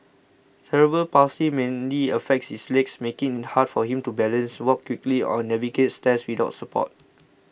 cerebral palsy mainly affects his legs making it hard for him to balance walk quickly or navigate stairs without support